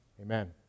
Amen